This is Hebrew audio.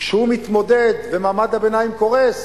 כשהוא מתמודד ומעמד הביניים קורס,